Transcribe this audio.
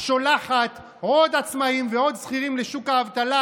שולחת עוד עצמאים ועוד שכירים לשוק האבטלה,